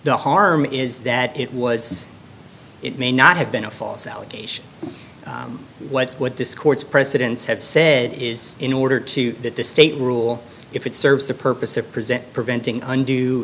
the harm is that it was it may not have been a false allegation what what this court's precedents have said is in order to get the state rule if it serves the purpose of present preventing und